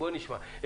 בוא נשמע.